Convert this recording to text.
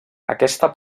aquesta